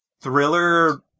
thriller